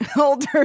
Older